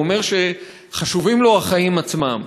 הוא אומר שחשובים לו החיים עצמם,